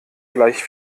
gleich